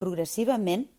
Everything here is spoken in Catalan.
progressivament